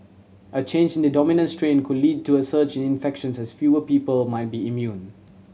a change in the dominant strain could lead to a surge in infections as fewer people might be immune